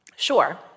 Sure